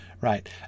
right